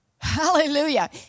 Hallelujah